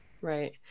Right